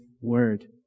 word